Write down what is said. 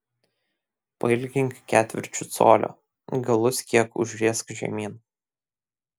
pailgink ketvirčiu colio galus kiek užriesk žemyn